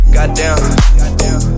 Goddamn